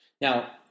Now